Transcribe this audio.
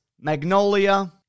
Magnolia